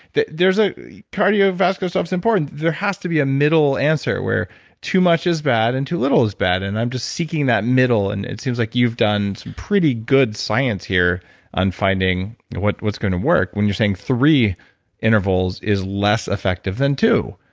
there's a cardiovascular stuff's important. there has to be a middle answer where too much is bad and too little is bad. and i'm just seeking that middle. and it seems like you've done some pretty good science here on finding what's what's going to work when you're saying three intervals is less effective than two.